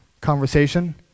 conversation